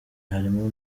harimo